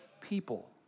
people